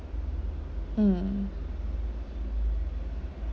mm